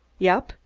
yep.